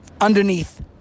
underneath